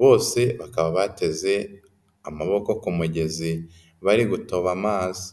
bose akaba bateze amaboko kumugezi bari gutoba amazi.